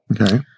Okay